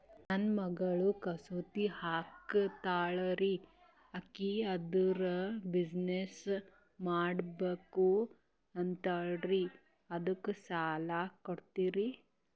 ನನ್ನ ಮಗಳು ಕಸೂತಿ ಹಾಕ್ತಾಲ್ರಿ, ಅಕಿ ಅದರ ಬಿಸಿನೆಸ್ ಮಾಡಬಕು ಅಂತರಿ ಅದಕ್ಕ ಸಾಲ ಕೊಡ್ತೀರ್ರಿ?